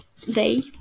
day